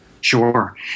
Sure